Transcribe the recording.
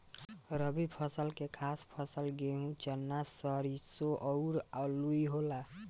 रबी फसल के खास फसल गेहूं, चना, सरिसो अउरू आलुइ होला